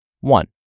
One